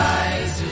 eyes